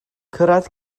cyrraedd